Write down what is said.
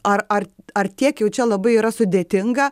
ar ar ar tiek jau čia labai yra sudėtinga